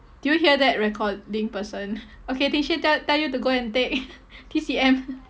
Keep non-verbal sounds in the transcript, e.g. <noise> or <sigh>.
do hear that recording person okay ding xuan tell tell you go and take <laughs> T_C_M